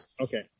Okay